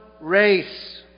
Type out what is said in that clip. race